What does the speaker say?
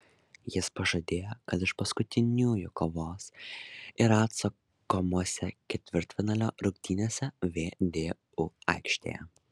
jis pažadėjo kad iš paskutiniųjų kovos ir atsakomose ketvirtfinalio rungtynėse vdu aikštėje